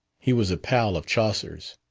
he was a pal of chaucer's.